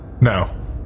No